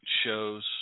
shows